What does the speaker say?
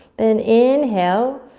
then inhale,